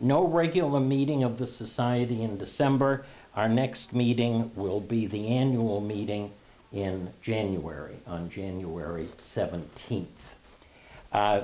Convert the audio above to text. no regular meeting of the society in december our next meeting will be the annual meeting in january on january seventeenth